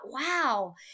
wow